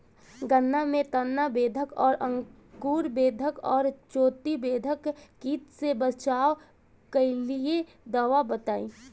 गन्ना में तना बेधक और अंकुर बेधक और चोटी बेधक कीट से बचाव कालिए दवा बताई?